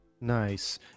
Nice